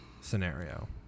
scenario